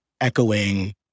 echoing